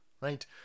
right